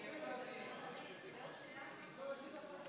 השפיטה (תיקון, מינוי חברי הכנסת